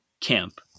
camp